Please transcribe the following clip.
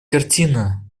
картина